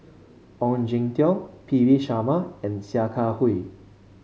Ong Jin Teong P V Sharma and Sia Kah Hui